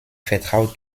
vertraut